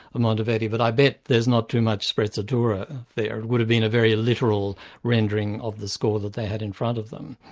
monteverdi, but i bet there's not too much sprezzatura there would have been a very literal rendering of the score that they had in front of them.